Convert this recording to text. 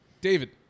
David